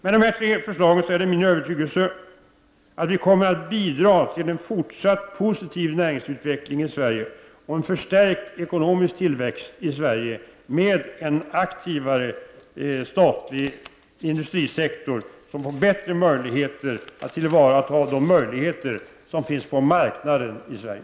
Det är min övertygelse att vi genom de här tre förslagen kommer att bidra till en fortsatt positiv näringsutveckling i Sverige och en förstärkt ekonomisk tillväxt med en aktivare statlig industrisektor, där man bättre kan ta till vara de möjligheter som finns på marknaden i Sverige.